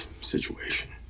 situation